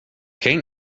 geen